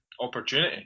opportunity